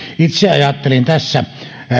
itse ajattelin tässä